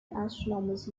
astronomers